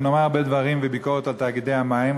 ונאמרו הרבה דברים בביקורת על תאגידי המים,